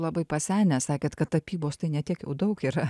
labai pasenęs sakėt kad tapybos ten ne tiek jau daug yra